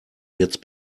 jetzt